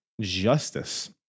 Justice